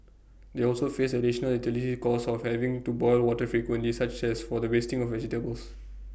they also faced additional utilities cost of having to boil water frequently such as for the wasting of vegetables